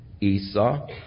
Esau